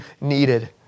needed